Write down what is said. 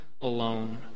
alone